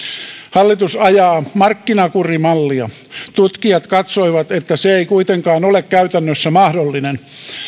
hallitus ajaa markkinakurimallia tutkijat katsoivat että se ei kuitenkaan ole käytännössä mahdollinen